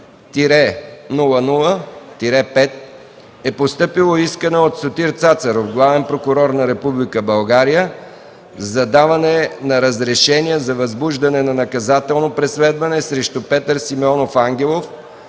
327-00-5 е постъпило искане от Сотир Цацаров – главен прокурор на Република България, за даване на разрешение за възбуждане на наказателно преследване срещу Петър Симеонов Ангелов